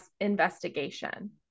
investigation